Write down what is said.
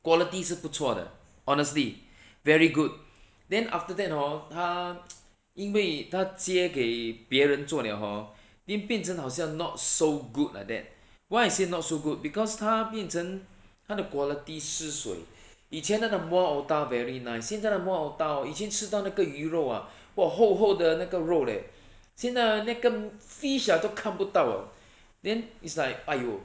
quality 是不错的 honestly very good then after that hor 他 因为他接给别人做了 hor then 变成好像 not so good like that why I say not so good because 他变成他的 quality 失水 以前他的 muar otah very nice 现在他的 muar otah hor 以前吃到那个鱼肉啊哇厚厚的那个肉 leh 现在 ha 那个 fish ah 都看不到 ah then it's like !aiyo!